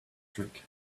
trick